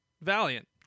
Valiant